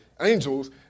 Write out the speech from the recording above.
angels